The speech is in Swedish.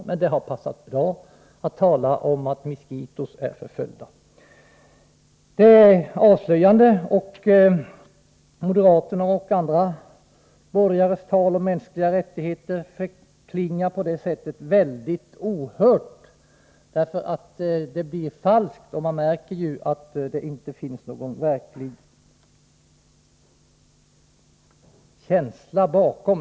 Men det har passat att tala om att miskitoindianerna är förföljda, och det är avslöjande. Moderaternas och andra borgares tal om de mänskliga rättigheterna förklingar verkligen ohört. Det låter falskt. Man märker ju att det inte finns någon verklig känsla bakom.